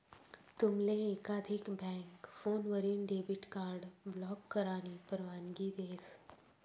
तुमले एकाधिक बँक फोनवरीन डेबिट कार्ड ब्लॉक करानी परवानगी देस